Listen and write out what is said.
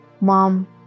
mom